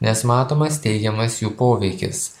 nes matomas teigiamas jų poveikis